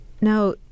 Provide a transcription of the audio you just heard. Now